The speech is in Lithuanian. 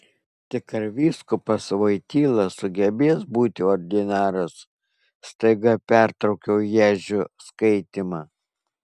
tik ar vyskupas voityla sugebės būti ordinaras staiga pertraukiau ježio skaitymą